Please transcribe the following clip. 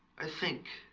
i think?